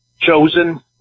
chosen